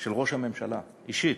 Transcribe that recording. של ראש הממשלה, האישית,